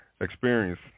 experience